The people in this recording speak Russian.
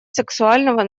сексуального